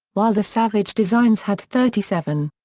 while the savage designs had thirty seven.